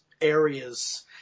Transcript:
areas